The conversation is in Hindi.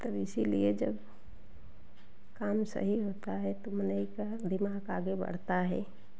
तब इसीलिए जब काम सही होता है तो मनैका दिमाग आगे बढ़ता है